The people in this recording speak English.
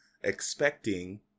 expecting